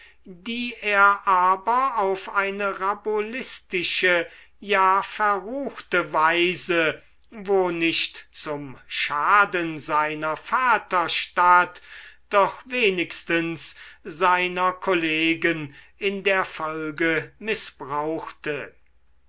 die er aber auf eine rabulistische ja verruchte weise wo nicht zum schaden seiner vaterstadt doch wenigstens seiner kollegen in der folge mißbrauchte